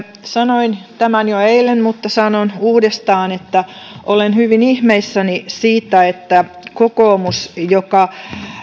sanoin tämän jo eilen mutta sanon uudestaan että olen hyvin ihmeissäni siitä että kokoomus joka